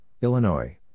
Illinois